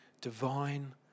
divine